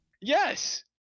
Yes